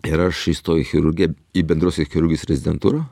ir aš įstojau į chirurgiją į bendrosios chirurgijos rezidentūrą